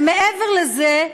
ומעבר לזה,